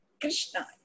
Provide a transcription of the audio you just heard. Krishna